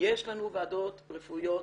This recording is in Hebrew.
יש לנו ועדות רפואיות